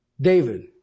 David